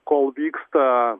kol vyksta